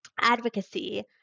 advocacy